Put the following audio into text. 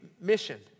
mission